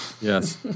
Yes